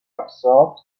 absorbed